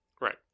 right